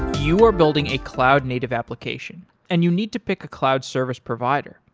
you are building a cloud native application and you need to pick a cloud service provider.